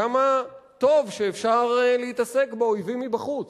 כמה טוב שאפשר להתעסק באויבים מבחוץ.